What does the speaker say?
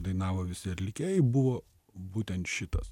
dainavo visi atlikėjai buvo būtent šitas